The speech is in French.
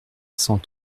cent